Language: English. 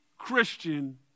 Christian